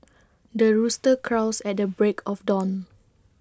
the rooster crows at the break of dawn